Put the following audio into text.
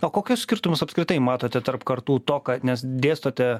o kokius skirtumus apskritai matote tarp kartų to ką nes dėstote